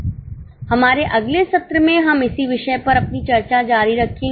हमारे अगले सत्र में हम इसी विषय पर अपनी चर्चा जारी रखेंगे